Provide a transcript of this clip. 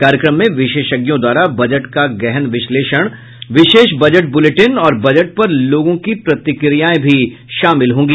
कार्यक्रम में विशेषज्ञों द्वारा बजट का गहन विश्लेषण विशेष बजट बुलेटिन और बजट पर लोगों की प्रतिक्रियाएं भी शामिल होंगी